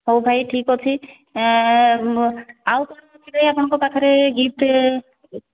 ହଉ ଭାଇ ଠିକ୍ ଅଛି ଆଉ କ'ଣ ଅଛି ଭାଇ ଆପଣଙ୍କ ପାଖରେ ଗିଫ୍ଟ୍